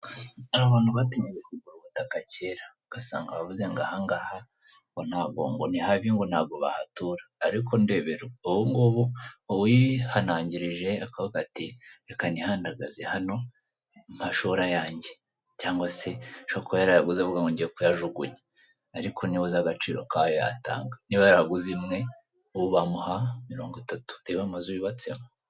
Hari abantu batinyutse kugura ubutaka kera, ugasanga aravuze ngo ahangaha ngo ntabwo ngo ni habi ngo ntago bahatura ariko ndebera ubungubu uwihanangirije akavuga ati reka nihandagaze hano mpashore ayanjye cyangwa se ashobora kuba yarahaguze avuga ngo ngiye kuyajugunya ariko niwe uzi agaciro k'ayo yatanga, niba yarahaguze imwe ubu bamuha mirongo itatu reba amazu yubatsemo.